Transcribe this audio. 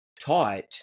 taught